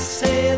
say